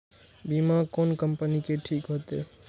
बीमा कोन कम्पनी के ठीक होते?